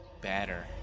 better